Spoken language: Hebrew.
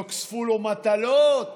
נוספו לו מטלות,